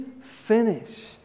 finished